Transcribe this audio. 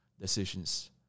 decisions